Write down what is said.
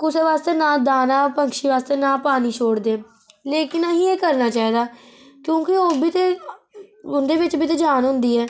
कुसै आस्ते ना दाना पक्षी आस्ते ना पानी छोड़दे लेकिन असेंगी करना चाहिदा क्योंकि ओह्बी ते उंदे बिच्च बी ते जान हुंदी ऐ